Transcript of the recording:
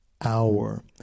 hour